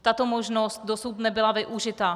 Tato možnost dosud nebyla využita.